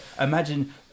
imagine